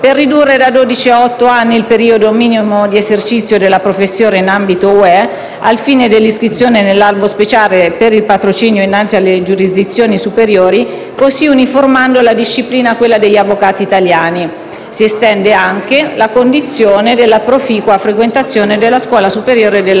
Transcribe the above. per ridurre da dodici a otto anni il periodo minimo di esercizio della professione in ambito dell'Unione europea ai fini dell'iscrizione nell'albo speciale per il patrocinio innanzi alle giurisdizioni superiori, così uniformando la disciplina a quella degli avvocati italiani. Si estende altresì la condizione della proficua frequentazione della Scuola superiore dell'avvocatura.